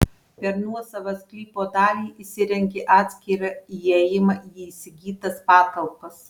per nuosavą sklypo dalį įsirengė atskirą įėjimą į įsigytas patalpas